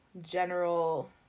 General